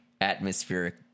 atmospheric